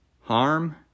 harm